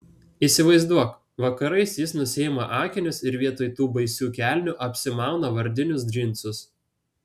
įsivaizduok vakarais jis nusiima akinius ir vietoj tų baisių kelnių apsimauna vardinius džinsus